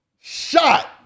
shot